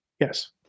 Yes